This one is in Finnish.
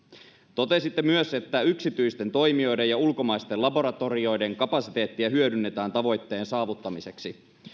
totesitte myös että yksityisten toimijoiden ja ulkomaisten laboratorioiden kapasiteettia hyödynnetään tavoitteen saavuttamiseksi